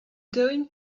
going